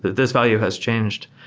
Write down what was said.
this value has changed.